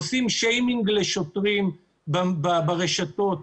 עושים שיימינג לשוטרים ברשתות,